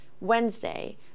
Wednesday